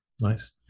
Nice